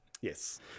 yes